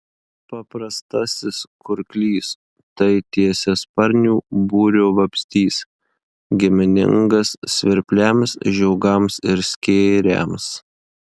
paprastasis kurklys tai tiesiasparnių būrio vabzdys giminingas svirpliams žiogams ir skėriams